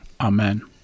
Amen